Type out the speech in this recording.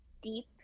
deep